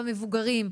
במבוגרים,